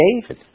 David